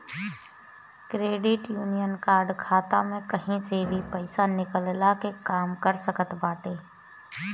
credit union card खाता में कही से भी पईसा निकलला के काम कर सकत बाटे